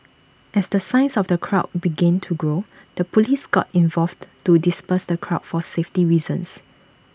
as the size of the crowd begin to grow the Police got involved to disperse the crowd for safety reasons